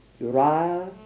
Uriah